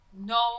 no